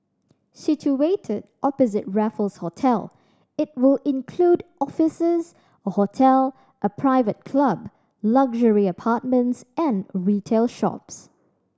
situated opposite Raffles Hotel it will include offices a hotel a private club luxury apartments and retail shops